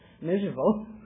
miserable